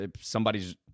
somebody's –